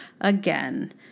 again